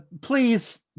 please